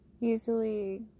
Easily